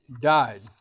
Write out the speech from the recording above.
died